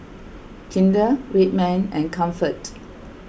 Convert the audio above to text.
Kinder Red Man and Comfort